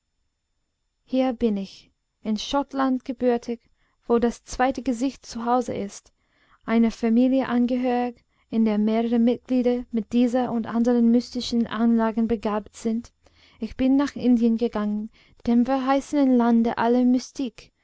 hier bin ich in schottland gebürtig wo das zweite gesicht zuhause ist einer familie angehörig in der mehrere mitglieder mit dieser und anderen mystischen anlagen begabt sind ich bin nach indien gegangen dem verheißenen lande aller mystik